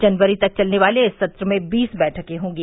जनवरी तक चलने वाले इस सत्र में बीस बैठकें होंगी